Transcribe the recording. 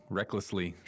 recklessly